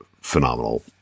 phenomenal